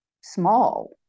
small